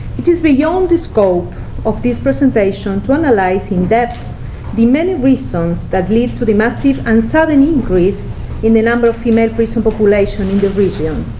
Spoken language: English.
it is beyond the scope of this presentation to analyze in depth the many reasons that lead to the massive and sudden increase in the number of female prison population in the region.